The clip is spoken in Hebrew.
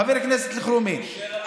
חבר הכנסת אלחרומי.